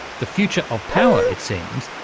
the future of power, it seems,